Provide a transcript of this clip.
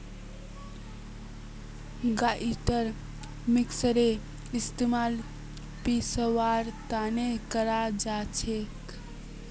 grinder मिक्सरेर इस्तमाल पीसवार तने कराल जाछेक